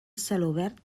celobert